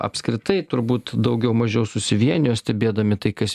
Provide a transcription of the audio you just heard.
apskritai turbūt daugiau mažiau susivienijo stebėdami tai kas